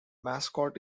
mascot